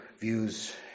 views